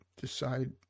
decide